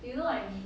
you know like